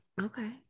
okay